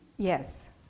Yes